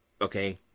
okay